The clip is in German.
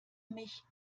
mich